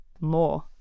more